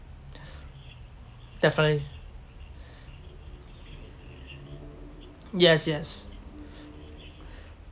definitely yes yes